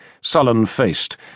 sullen-faced